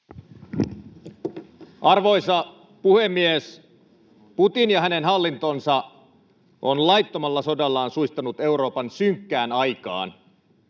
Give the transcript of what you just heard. Arvoisa puhemies! Putin ja hänen hallintonsa ovat laittomalla sodallaan suistaneet Euroopan synkkään aikaan.